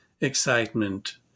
excitement